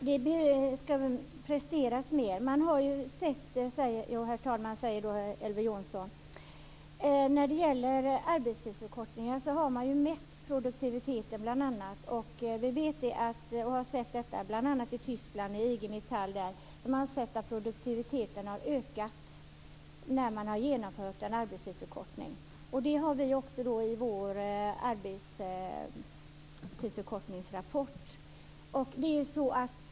Herr talman! Det skall presteras mer, säger Elver Jonsson. Man har mätt produktiviteten bl.a. vid IG Metall i Tyskland, och man har sett att produktiviteten har ökat när en arbetstidsförkortning har genomförts. Det redovisas också i vår arbetstidsförkortningsrapport.